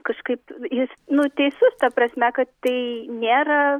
kažkaip jis nu teisus ta prasme kad tai nėra